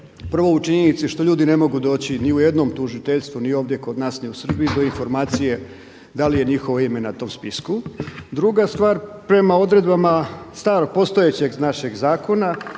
prvo u činjenici što ljudi ne mogu doći ni u jednom tužiteljstvu, ni ovdje kod nas ni u Srbiji do informacije da li je njihovo ime na tom spisku. Druga stvar prema odredbama starog postojećeg našeg zakona